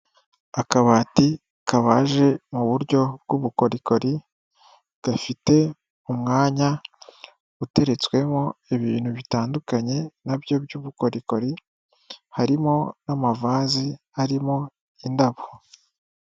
Akabati kabaje mu buryo bw'ubukorikori gafite umwanya uteretswemo ibintu bitandukanye na byo by'ubukorikori, harimo n'amavazi arimo indabo.